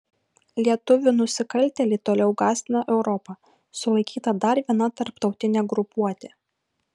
lietuvių nusikaltėliai toliau gąsdina europą sulaikyta dar viena tarptautinė grupuotė